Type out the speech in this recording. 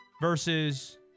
versus